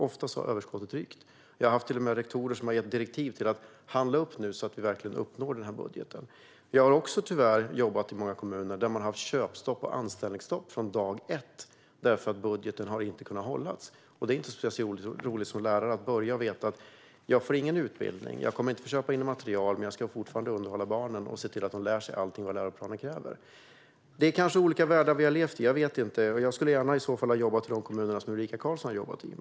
Oftast har överskottet rykt. Jag har till och med haft rektorer som gett direktiv om att man ska handla upp så att man verkligen uppnår budgeten. Jag har också jobbat i kommuner där man har haft köpstopp och anställningsstopp från dag ett eftersom budgeten inte har kunnat hållas. Det är inte så roligt att börja som lärare och veta att man inte får någon utbildning och inte får köpa in materiel, men man ska likafullt underhålla barnen och se till att de lär sig allt som läroplanerna kräver. Det är kanske olika världar vi lever i. Jag skulle i så fall gärna ha jobbat i de kommuner som Ulrika Carlsson har jobbat i.